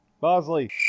Bosley